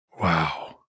Wow